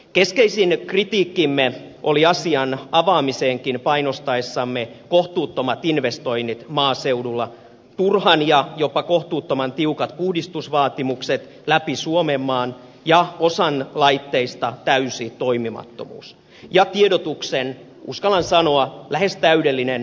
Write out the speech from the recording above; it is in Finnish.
keskeisin kritiikkimme oli asian avaamiseenkin painostaessamme kohtuuttomat investoinnit maaseudulla turhan ja jopa kohtuuttoman tiukat uudistusvaatimukset läpi suomenmaan osan laitteista täysi toimimattomuus ja tiedotuksen uskallan sanoa lähes täydellinen epäonnistuminen